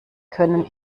können